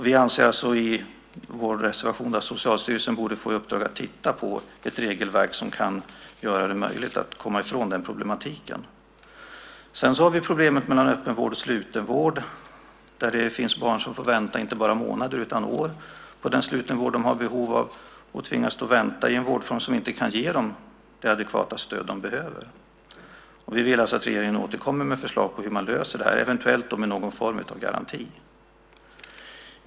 Vi anför i vår reservation att Socialstyrelsen borde få i uppdrag att titta på ett regelverk som kan göra det möjligt att komma ifrån den problematiken. Sedan har vi problemet med öppenvård kontra slutenvård. Det finns barn som får vänta inte bara månader utan år på den slutenvård de har behov av och då tvingas vänta i en vårdform som inte kan ge dem det adekvata stöd de behöver. Vi vill alltså att regeringen återkommer med förslag på hur man löser detta, eventuellt med någon form av garanti.